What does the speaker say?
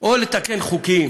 או לתקן חוקים